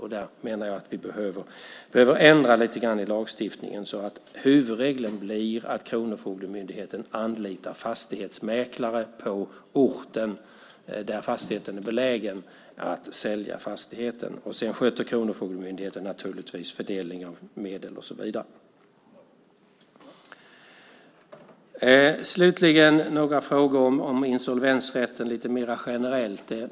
Därför menar jag att vi behöver ändra lite grann i lagstiftningen så att huvudregeln blir att Kronofogdemyndigheten anlitar fastighetsmäklare på orten där fastigheten är belägen att sälja fastigheten. Sedan sköter Kronofogdemyndigheten naturligtvis fördelning av medel och så vidare. Slutligen några frågor om insolvensrätten lite mer generellt.